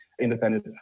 independent